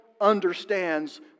understands